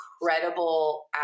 incredible